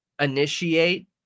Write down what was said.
initiate